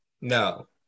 No